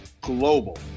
Global